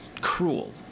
cruel